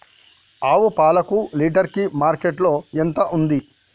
ఆవు పాలకు లీటర్ కి మార్కెట్ లో ఎంత ఉంది?